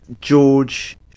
George